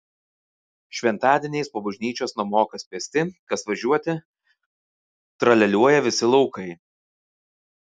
šventadieniais po bažnyčios namo kas pėsti kas važiuoti tralialiuoja visi laukai